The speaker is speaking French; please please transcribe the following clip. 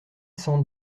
cent